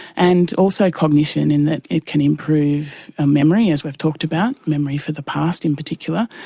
and also cognition in that it can improve ah memory, as we've talked about, memory for the past in particular.